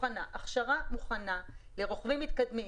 לרוכבים מתקדמים,